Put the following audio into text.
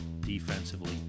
defensively